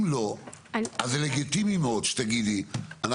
אם לא אז זה לגיטימי מאוד שתגידי אנחנו